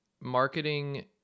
marketing